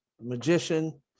magician